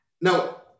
Now